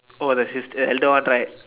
oh the sister elder one right